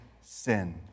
sin